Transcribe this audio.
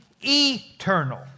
eternal